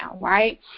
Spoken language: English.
right